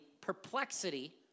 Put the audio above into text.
perplexity